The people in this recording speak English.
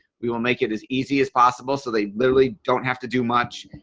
we will make it as easy as possible so they literally don't have to do much.